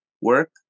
work